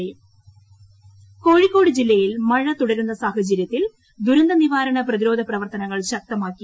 മഴ കോഴിക്കോട് കോഴിക്കോട് ജില്ലയിൽ മഴ തുടരുന്ന സാഹചര്യത്തിൽ ദുരന്തനിവാരണ പ്രതിരോധ പ്രവർത്തനങ്ങൾ ശക്തമാക്കി